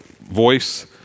voice